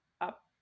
up